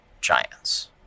Giants